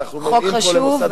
חוק חשוב,